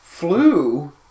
Flu